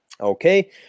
Okay